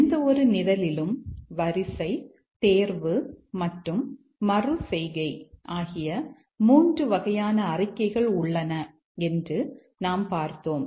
எந்தவொரு நிரலிலும் வரிசை தேர்வு மற்றும் மறு செய்கை ஆகிய 3 வகையான அறிக்கைகள் உள்ளன என்று நாம் பார்த்தோம்